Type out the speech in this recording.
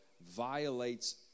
violates